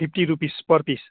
fifty rupees per piece